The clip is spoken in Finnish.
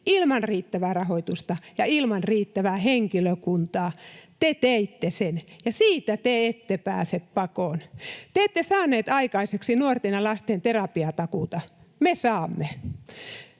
ilman riittävää rahoitusta ja ilman riittävää henkilökuntaa. Te teitte sen, ja siitä te ette pääse pakoon. Te ette saaneet aikaiseksi nuorten ja lasten terapiatakuuta. Me saamme.